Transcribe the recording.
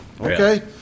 Okay